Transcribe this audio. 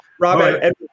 Robert